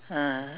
ah